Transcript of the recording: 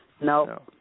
No